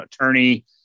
attorney